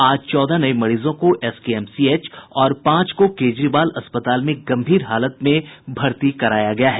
आज चौदह नये मरीजों को एसकेएमसीएच और पांच को केजरीवाल अस्पताल में गंभीर हालत में भर्ती कराया गया है